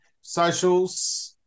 socials